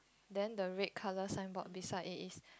then the red colour signboard beside it is